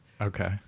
Okay